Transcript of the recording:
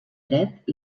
dret